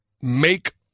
make